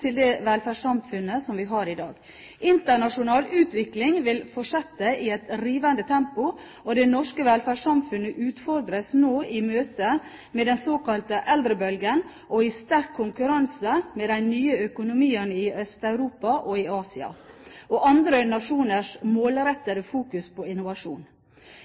til det velferdssamfunnet som vi har i dag. Internasjonal utvikling vil fortsette i et rivende tempo, og det norske velferdssamfunnet utfordres nå i møtet med den såkalte eldrebølgen, i sterk konkurranse med de nye økonomiene i Øst-Europa og i Asia og med andre nasjoners målrettede fokus på innovasjon.